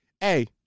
hey